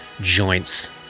joints